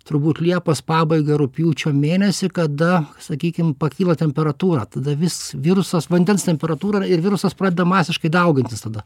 turbūt liepos pabaigą rugpjūčio mėnesį kada sakykim pakyla temperatūra tada vis virusas vandens temperatūra ir virusas pradeda masiškai daugintis tada